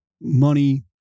money